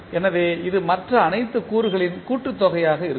எனவே இது மற்ற அனைத்து கூறுகளின் கூட்டுத் தொகையாக இருக்கும்